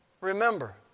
Remember